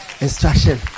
instruction